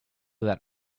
that